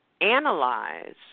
analyze